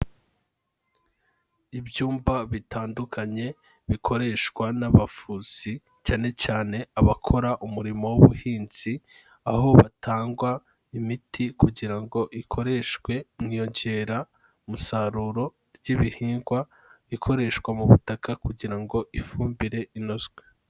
Ibyumba bitandukanye bikoreshwa n'abavuzi cyane cyane abakora umurimo w'ubuhinzi, aho hatangwa imiti kugira ngo ikoreshwe mu iyongeramusaruro ry'ibihingwa, ikoreshwa mu butaka kugira ngo ifumbire inozwe.